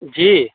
जी